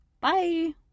Bye